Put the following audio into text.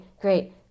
great